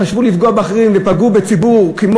חשבו לפגוע באחרים ופגעו בציבור כמו